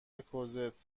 کوزتچون